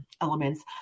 elements